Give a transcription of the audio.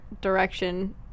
direction